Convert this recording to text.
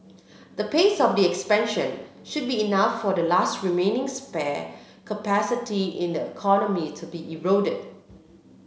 the pace of the expansion should be enough for the last remaining spare capacity in the economy to be eroded